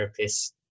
therapists